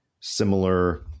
similar